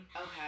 okay